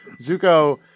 Zuko